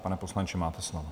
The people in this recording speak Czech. Pane poslanče, máte slovo.